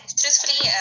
truthfully